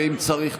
ואם צריך,